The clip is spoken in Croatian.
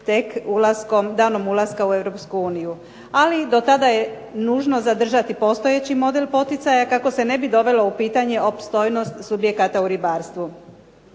tek danom ulaska u EU. Ali dotada je nužno zadržati postojeći model poticaja kako se ne bi dovelo u pitanje opstojnost subjekata u ribarstvu.